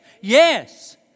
yes